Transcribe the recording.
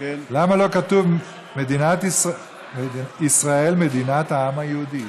למה לא כתוב "מדינת ישראל, מדינת העם היהודי"?